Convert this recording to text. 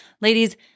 Ladies